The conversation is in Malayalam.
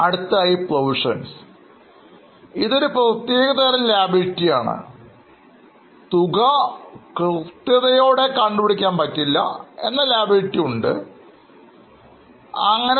അടുത്തതായി Provisions ഇതൊരു പ്രത്യേക തരം liability ആണ് തുക കൃത്യതയോടെ അറിയില്ല എന്നാൽ ഒരു liability ഉണ്ടെന്ന് അറിയാം